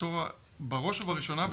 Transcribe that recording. בראש ובראשונה,